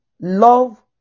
love